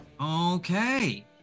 Okay